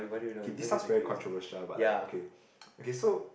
okay this sounds very controversial uh but like okay ppo okay so